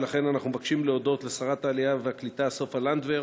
ולכן אנחנו מבקשים להודות לשרת העלייה והקליטה סופה לנדבר,